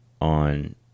on